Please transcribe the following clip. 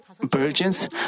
virgins